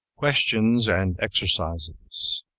questions and exercises